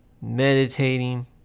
meditating